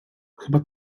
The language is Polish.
chyba